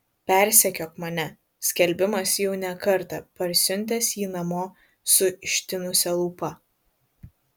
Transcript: persekiok mane skelbimas jau ne kartą parsiuntęs jį namo su ištinusia lūpa